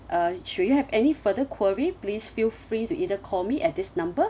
uh should you have any further query please feel free to either call me at this number